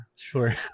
Sure